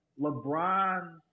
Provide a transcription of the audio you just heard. LeBron –